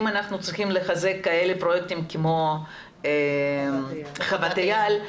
אם אנחנו צריכים לחזק כאלה פרויקטים כמו חוות אייל,